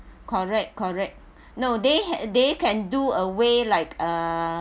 correct correct no they had they can do a way like uh